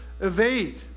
evade